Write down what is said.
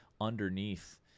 underneath